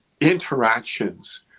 interactions